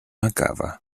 acaba